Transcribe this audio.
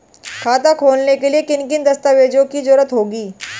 खाता खोलने के लिए किन किन दस्तावेजों की जरूरत होगी?